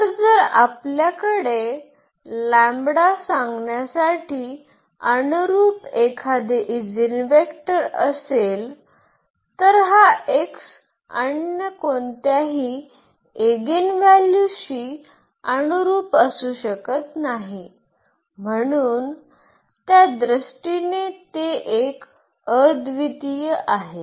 तर जर आपल्याकडे लॅंबडा सांगण्यासाठी अनुरूप एखादे ईजीनवेक्टर असेल तर हा x अन्य कोणत्याही एगिनव्हॅल्यूशी अनुरूप असू शकत नाही म्हणून त्या दृष्टीने ते एक अद्वितीय आहे